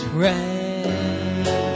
rain